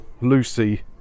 Lucy